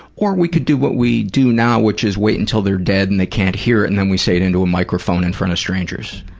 or we could do what we do now, which is wait until they're dead and they can't hear it and then we say it into a microphone in front of strangers.